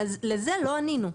לזה לא ענינו.